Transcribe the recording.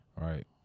right